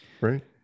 Right